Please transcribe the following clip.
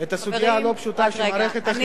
את הסוגיה הלא-פשוטה שמערכת החינוך, רק רגע.